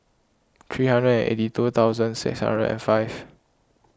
three hundred and eighty two thousand six hundred and five